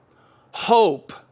hope